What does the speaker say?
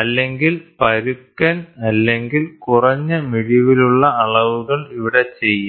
അല്ലെങ്കിൽ പരുക്കൻ അല്ലെങ്കിൽ കുറഞ്ഞ മിഴിവുള്ള അളവുകൾ ഇവിടെ ചെയ്യാം